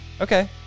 Okay